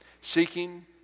Seeking